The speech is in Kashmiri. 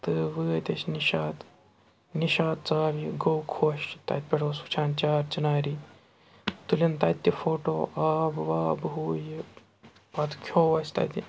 تہٕ وٲتۍ أسۍ نِشاط نِشاط ژاو یہِ گوٚو خۄش تَتہِ پٮ۪ٹھ اوس وٕچھان چار چِناری تُلِن تَتہِ تہِ فوٹو آب واب ہُہ یہِ پَتہٕ کھیوٚو اَسہِ تَتہِ